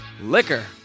liquor